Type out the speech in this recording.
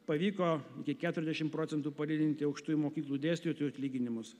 pavyko iki keturiasdešim procentų padidinti aukštųjų mokyklų dėstytojų atlyginimus